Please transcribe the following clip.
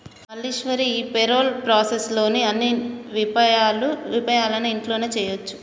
మల్లీశ్వరి ఈ payroll process లోని అన్ని విపాయాలను ఇంట్లోనే చేయొచ్చు